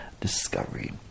discovery